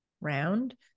round